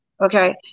Okay